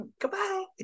goodbye